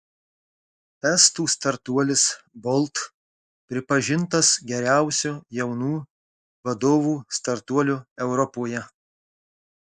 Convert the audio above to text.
estų startuolis bolt pripažintas geriausiu jaunų vadovų startuoliu europoje